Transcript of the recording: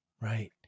Right